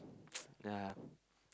yeah